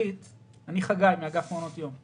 אני חגי מאגף מעונות יום.